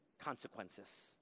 consequences